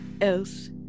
else